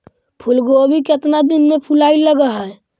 फुलगोभी केतना दिन में फुलाइ लग है?